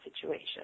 situation